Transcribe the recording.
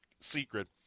secret